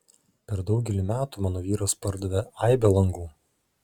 per daugelį metų mano vyras pardavė aibę langų